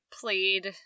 played